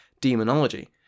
Demonology